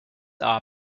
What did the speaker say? are